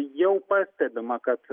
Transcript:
jau pastebima kad